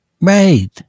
Right